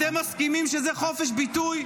אתם מסכימים שזה חופש ביטוי?